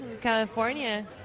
California